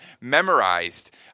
memorized